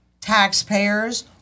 taxpayers